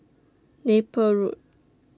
Napier Road